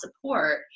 support